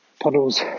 puddles